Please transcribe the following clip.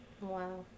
Wow